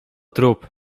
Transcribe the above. trup